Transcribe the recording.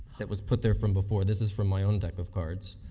that was put therefrom before. this is for my own deck of cards,